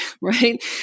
Right